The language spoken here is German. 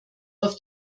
auf